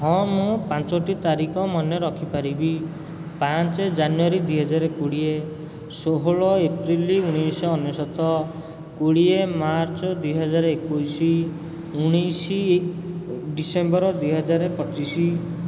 ହଁ ମୁଁ ପାଞ୍ଚଟି ତାରିଖ ମନେ ରଖିପାରିବି ପାଞ୍ଚ ଜାନୁଆରୀ ଦୁଇ ହଜାର କୋଡ଼ିଏ ଏପ୍ରିଲ ଉଣେଇଶ ଅନେଶତ କୋଡ଼ିଏ ମାର୍ଚ୍ଚ ଦୁଇହଜାର ଏକୋଇଶ ଉଣେଇଶ ଡ଼ିସେମ୍ବର ଦୁଇ ହଜାର ପଚିଶ